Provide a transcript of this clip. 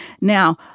Now